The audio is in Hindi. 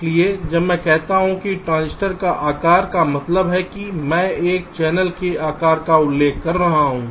इसलिए जब मैं कहता हूं कि एक ट्रांजिस्टर का आकार का मतलब है कि मैं एक चैनल के आकार का उल्लेख करता हूं